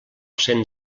cent